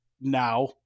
now